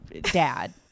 dad